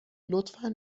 لطفا